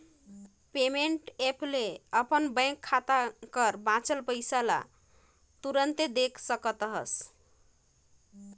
payment app ले अपन bank खाता कर बांचल पइसा ल तुरते देख सकत अहस